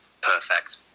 perfect